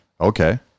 okay